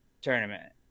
tournament